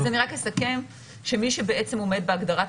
אז אני רק אסכם שמי שבעצם עומד בהגדרת